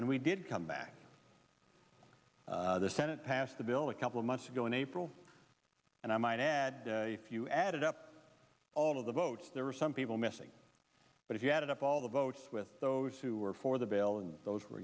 and we did come back the senate passed the bill a couple of months ago in april and i might add if you added up all of the votes there were some people missing but if you added up all the votes with those who were for the bail and those were